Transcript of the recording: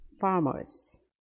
farmers